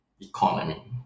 economy